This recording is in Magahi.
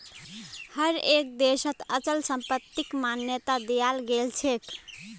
हर एक देशत अचल संपत्तिक मान्यता दियाल गेलछेक